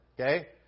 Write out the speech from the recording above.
Okay